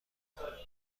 خارقالعاده